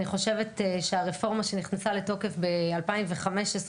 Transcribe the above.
אני חושבת שהרפורמה שנכנסה לתוקף בשנת 2015